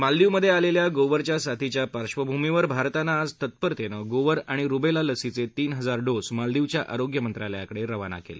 मालदीवमधे आलेल्या गोवरच्या साथीच्या पार्श्वभूमीवर भारतानं आज तत्परतेनं गोवर आणि रुबेला लसीचे तीस हजार डोस मालदीवच्या आरोग्य मंत्रालयाकडे रवाना केले